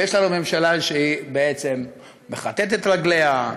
ויש לנו ממשלה שבעצם מכתתת רגליה,